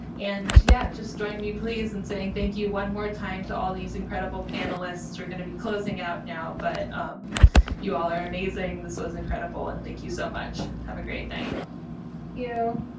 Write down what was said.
and yeah just join me please and saying thank you one more time to all these incredible panelists, we're gonna be closing out now but um you all are amazing, this was incredible, and thank you so much! have a great night